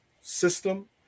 system